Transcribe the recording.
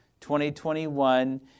2021